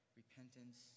repentance